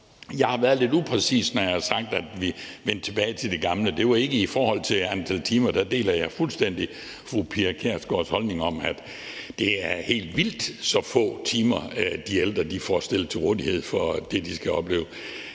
Jeg har været lidt upræcis, når jeg har sagt, at vi vendte tilbage til det gamle. Det var ikke i forhold til antal timer, for der deler jeg fuldstændig fru Pia Kjærsgaards holdning om, at det er helt vildt, hvor få timer de ældre får stillet til rådighed til det, de skal.